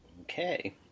Okay